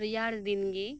ᱨᱮᱭᱟᱲ ᱫᱤᱱᱜᱮ